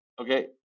okay